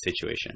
situation